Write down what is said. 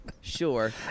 Sure